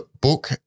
book